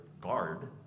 guard